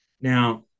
Now